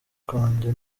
kwanjye